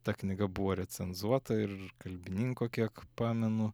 ta knyga buvo recenzuota ir kalbininko kiek pamenu